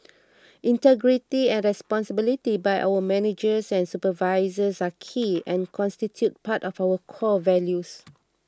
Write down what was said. integrity and responsibility by our managers and supervisors are key and constitute part of our core values